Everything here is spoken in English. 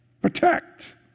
Protect